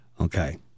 Okay